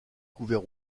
couvert